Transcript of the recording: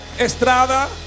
Estrada